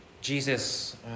Jesus